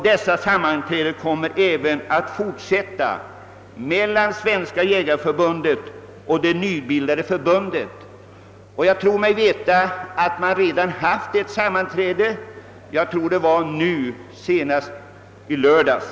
Dessa sammanträden kommer att fortsätta, nu med Svenska jägareförbundet och det nyligen bildade förbundet som deltagare. Senast i lördags hölls, enligt vad jag vet, ett sammanträde.